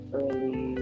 early